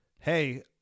Hey